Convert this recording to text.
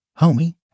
Homie